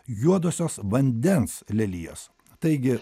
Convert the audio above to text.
juodosios vandens lelijos taigi